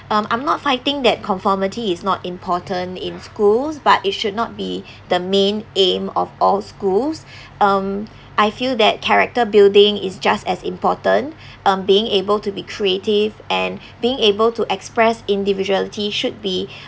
um I'm not fighting that conformity is not important in schools but it should not be the main aim of all schools um I feel that character building is just as important um being able to be creative and being able to express individuality should be